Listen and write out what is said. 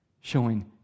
showing